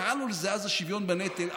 קראנו לזה אז השוויון בנטל,